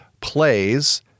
plays